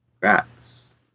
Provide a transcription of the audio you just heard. Congrats